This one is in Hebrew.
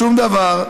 שום דבר.